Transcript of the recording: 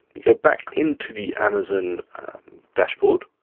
you go back into the amazon dashboard,